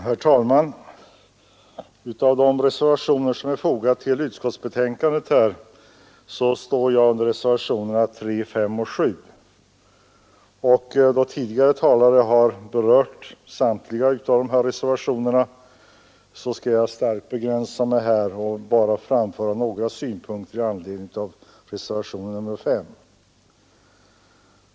Herr talman! Mitt namn återfinns vid reservationerna 3, 5 och 7 till detta betänkande. Då tidigare talare har berört samtliga dessa reservationer, skall jag starkt begränsa mig och bara framföra några synpunkter i anslutning till reservationen 5.